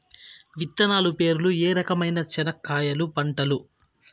విత్తనాలు పేర్లు ఏ రకమైన చెనక్కాయలు పంటలు?